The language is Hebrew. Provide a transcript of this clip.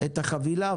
את החבילה,